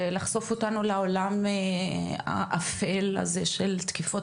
לחשוף אותנו לעולם האפל הזה של תקיפות